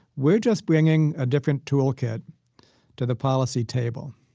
we're just bringing a different tool kit to the policy table.